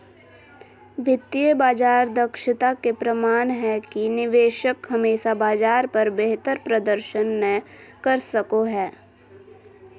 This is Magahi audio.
वित्तीय बाजार दक्षता के प्रमाण हय कि निवेशक हमेशा बाजार पर बेहतर प्रदर्शन नय कर सको हय